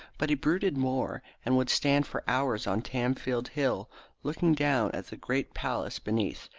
but he brooded more, and would stand for hours on tamfield hill looking down at the great palace beneath,